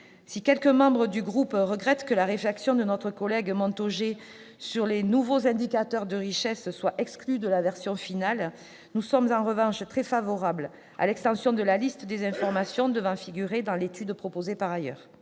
Si quelques membres du groupe regrettent que la réflexion de notre collègue Montaugé sur les nouveaux indicateurs de richesse ne soit pas prise en compte dans la version finale, nous sommes en revanche très favorables à l'extension de la liste des informations devant figurer dans l'étude d'impact.